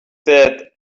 that